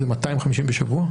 זה 250 בשבוע?